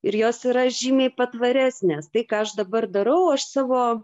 ir jos yra žymiai patvaresnės tai ką aš dabar darau aš savo